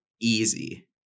Easy